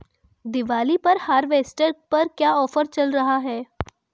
दीपावली पर हार्वेस्टर पर क्या ऑफर चल रहा है?